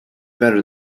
better